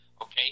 okay